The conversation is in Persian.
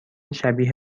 شبیه